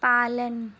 पालन